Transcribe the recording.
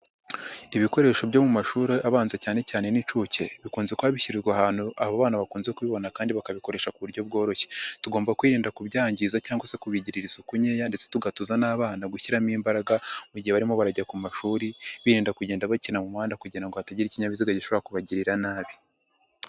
Ibikoresho byo mu mashuri abanza cyane cyane n'incuke, bikunze kuba bishyirwa ahantu abo bana bakunze kubibona kandi bakabikoresha ku buryo bworoshye. Tugomba kwirinda kubyangiza cyangwa se kubigirira isuku nkeya ndetse tugatoza n'abana gushyiramo imbaraga mu gihe barimo barajya ku mashuri birinda kugenda bakina mu muhanda kugira hatagira ikinyabiziga gishobora kubagirira nabi.